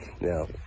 Now